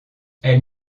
elle